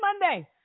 Monday